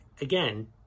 Again